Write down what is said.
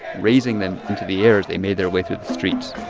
raising them into the air as they made their way through the streets